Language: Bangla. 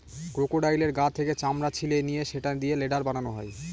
ক্রোকোডাইলের গা থেকে চামড়া ছিলে নিয়ে সেটা দিয়ে লেদার বানানো হয়